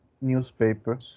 newspaper